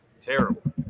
Terrible